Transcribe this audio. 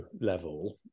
level